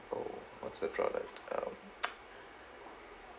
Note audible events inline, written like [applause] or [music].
oh what's that product um [noise]